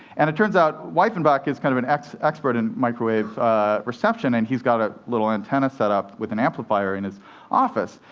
and it turns out weiffenbach is kind of an expert expert in microwave reception, and he's got a little antenna set up with an amplifier in his office.